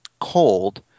cold